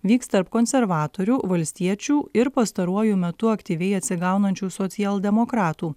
vyks tarp konservatorių valstiečių ir pastaruoju metu aktyviai atsigaunančių socialdemokratų